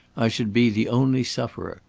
i should be the only sufferer.